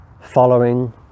following